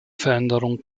veränderung